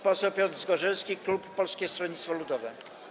Poseł Piotr Zgorzelski, klub Polskiego Stronnictwa Ludowego.